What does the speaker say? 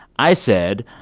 i said,